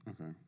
Okay